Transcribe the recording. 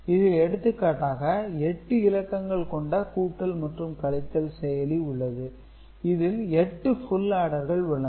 இதில் எடுத்துக்காட்டாக எட்டு இலக்கங்கள் கொண்ட கூட்டல் மற்றும் கழித்தல் செயலி உள்ளது இதில் 8 புல் ஆடர்கள் உள்ளன